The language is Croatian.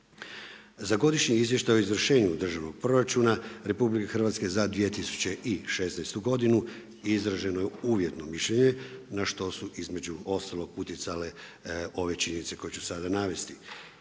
Za Godišnji izvještaj o izvršenju državnog proračuna, RH je za 2016. godinu, izrađeno je uvjetno mišljenje na što su između ostalog utjecale ove činjenice koje ću sada navesti.